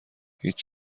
هیچ